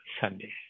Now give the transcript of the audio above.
Sunday